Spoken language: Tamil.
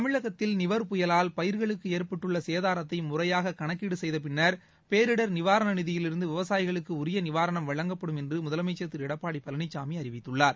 தமிழகத்தில் நிவர் புயலால் பயிர்களுக்கு ஏற்பட்டுள்ள சேதாரத்தை முறையாக கணக்கீடு செய்த பின்னர் பேரிடர் நிவாரண நிதியிலிருந்து விவசாயிகளுக்கு உரிய நிவாரணம் வழங்கப்படும் என்று முதலமைச்சர் திரு எடப்பாடி பழனிசாமி அறிவித்துள்ளார்